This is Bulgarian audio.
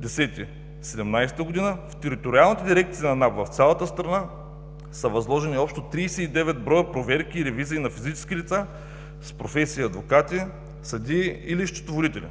2017 г. в Териториалните дирекции на НАП в цялата страна са възложени общо 39 броя проверки и ревизии на физически лица с професии адвокати, съдии или счетоводители.